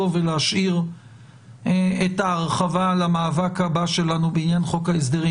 ולהשאיר את ההרחבה למאבק הבא שלנו בעניין חוק ההסדרים,